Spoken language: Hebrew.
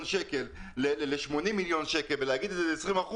שקל ל-80 מיליון שקל ולהגיד שזה 20%,